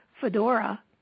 fedora